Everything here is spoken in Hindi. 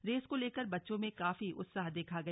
रेस को लेकर बच्चों में काफी उत्साह देखा गया